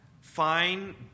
Fine